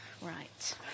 Right